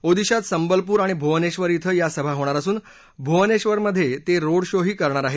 ओदिशात संबलपूर आणि भूवनेश्वर शिं या सभा होणार असून भूवनेश्वरमधे ते रोड शोही करणार आहेत